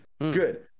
good